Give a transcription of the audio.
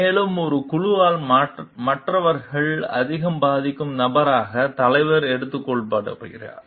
மேலும் ஒரு குழுவில் மற்றவர்களை அதிகம் பாதிக்கும் நபராக தலைவர் எடுத்துக் கொள்ளப்படுகிறார்